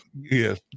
Yes